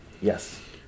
Yes